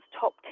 top